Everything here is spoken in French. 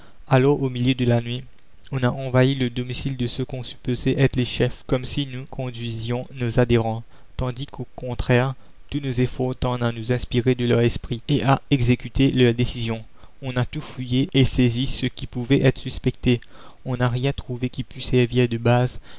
alors au milieu de la nuit on a envahi le domicile de ceux qu'on supposait être les chefs comme si nous conduisions nos adhérents tandis qu'au contraire tous nos efforts tendent à nous inspirer de leur esprit et à exécuter leurs décisions on a tout fouillé et saisi ce qui pouvait être suspecté on n'a rien trouvé qui pût servir de base